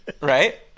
Right